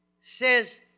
says